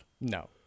No